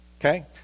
okay